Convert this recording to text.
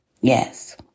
Yes